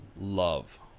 Love